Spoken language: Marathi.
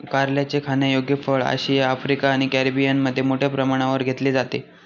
कारल्याचे खाण्यायोग्य फळ आशिया, आफ्रिका आणि कॅरिबियनमध्ये मोठ्या प्रमाणावर घेतले जाते